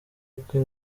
uko